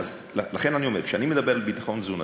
לכן אני אומר, כשאני מדבר על ביטחון תזונתי,